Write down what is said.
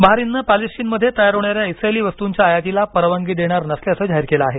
बहारीननं पॅलेस्टिनमध्ये तयार होणाऱ्या इस्रायली वस्तूंच्या आयातीला परवानगी देणार नसल्याचं जाहीर केलं आहे